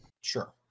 Sure